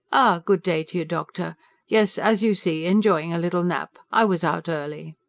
ah, good-day to you, doctor yes, as you see, enjoying a little nap. i was out early.